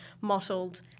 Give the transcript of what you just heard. mottled